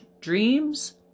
dreams